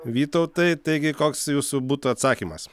vytautai taigi koks jūsų būtų atsakymas